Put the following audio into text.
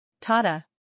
Tata